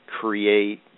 create